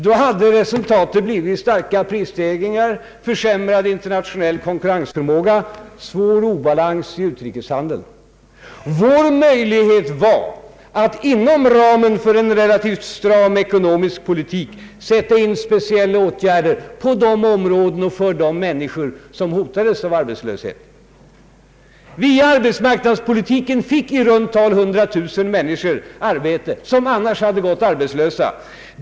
Då hade resultatet blivit starka prisstegringar, försämrad internationell konkurrensförmåga och svår obalans i utrikeshandeln. Vår möjlighet var att inom ramen för en relativt stram ekonomisk politik sätta in speciella åtgärder på de områden och för de människor som hotades av arbetslöshet. Via arbetsmarknadspolitiken fick i runt tal 100 000 människor arbete som annars hade gått arbetslösa.